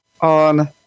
on